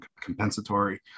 compensatory